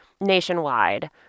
nationwide